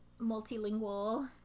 multilingual